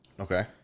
Okay